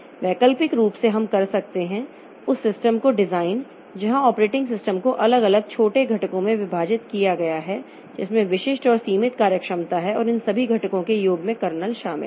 वैकल्पिक रूप से हम कर सकते हैं उस सिस्टम को डिज़ाइन जहां ऑपरेटिंग सिस्टम को अलग अलग छोटे घटकों में विभाजित किया गया है जिसमें विशिष्ट और सीमित कार्यक्षमता है और इन सभी घटकों के योग में कर्नेल शामिल है